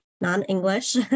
non-English